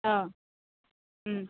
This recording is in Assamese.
অঁ